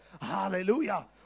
hallelujah